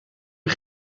een